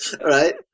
right